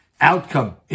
outcome